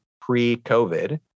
pre-COVID